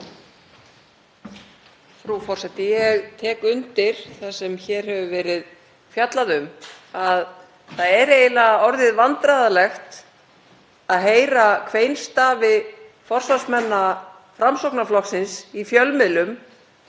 Frú forseti. Ég tek undir það sem hér hefur verið fjallað um að það er eiginlega orðið vandræðalegt að heyra kveinstafi forsvarsmanna Framsóknarflokksins í fjölmiðlum